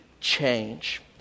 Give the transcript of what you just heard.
change